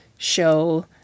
Show